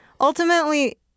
ultimately